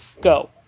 Go